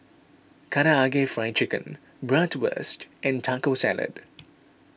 Karaage Fried Chicken Bratwurst and Taco Salad